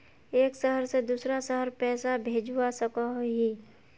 एक शहर से दूसरा शहर पैसा भेजवा सकोहो ही?